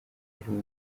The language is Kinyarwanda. harimo